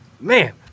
man